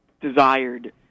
desired